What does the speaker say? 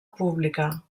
pública